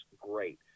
great